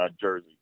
jersey